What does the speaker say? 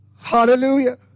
Hallelujah